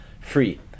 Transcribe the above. free